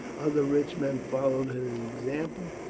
other rich men followed his example,